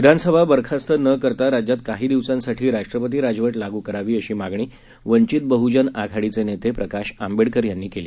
विधानसभा बरखास्त न करता राज्यात काही दिवसांसाठी राष्ट्रपती राजव लागू करावी अशी मागणी वंचित बहजन आघाडीचे नेते प्रकाश आंबेडकर यांनी केली